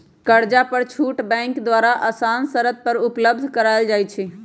कर्जा पर छुट बैंक द्वारा असान शरत पर उपलब्ध करायल जाइ छइ